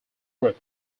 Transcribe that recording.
group